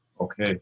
okay